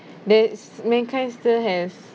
that mankind still has